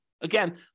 Again